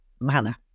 manner